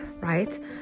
right